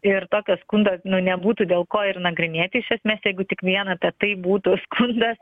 ir tokio skundo nu nebūtų dėl ko ir nagrinėt iš esmės jeigu tik vieną apie tai būtų skundas